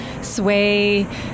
sway